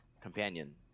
companion